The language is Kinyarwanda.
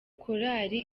korali